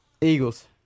eagles